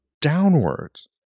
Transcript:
downwards